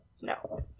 No